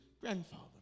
grandfather